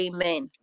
Amen